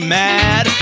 mad